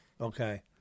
Okay